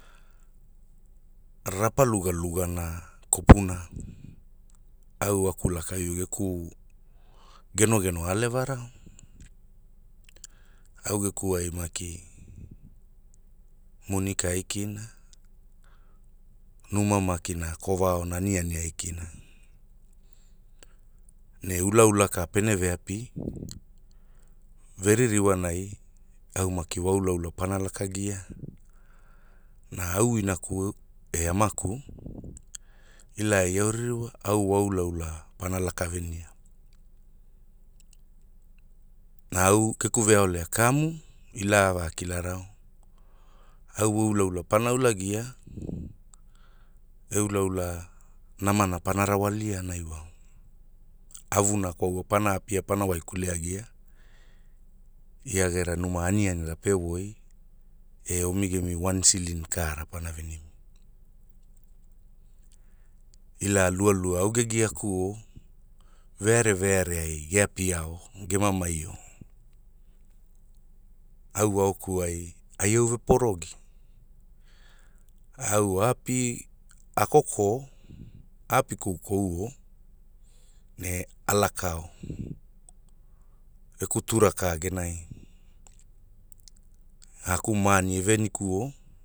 Rapa lugalugana kopuna, au a kulakaio geku genogeno a alevarao, au geku ai maki, moni ka aikina, numa maki kovaona aniani aikina, ne ulaula ka pene ve api, ve ririwanai, au maki wa ulaula pana laka gia, na au inaku, e amaku, ila ai au ririwa, au wa ula ula pana laka venia, na au geku veaolea kamu, ila a va kilarao, au wa ulaula pana ulagia, e ulaulan namana pana rawalia naiwao, avuna kwaua pana apia pana waikule agia, ia gera numa anianira pe woi, e omi emi wan silin kaara pana venimi, ila lualua au ge giakuo, veare veare ge apiao, ge mamaio, au aokuai, ai au veporogi, au aapi, a koko, aapi koukouo, ne, a lakao, geku tura ka genai, aku maani e venikuo.